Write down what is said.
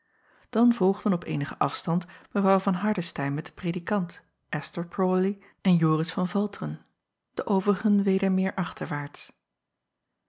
an volgden op eenigen afstand w van ardestein met den predikant sther rawley en oris van alteren de overigen weder meer achterwaarts